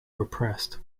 repressed